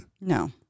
No